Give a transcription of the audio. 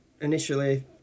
initially